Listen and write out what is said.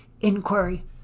inquiry